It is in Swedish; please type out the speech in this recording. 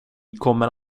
kommer